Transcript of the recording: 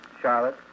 Charlotte